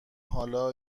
حالا